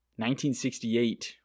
1968